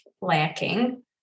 lacking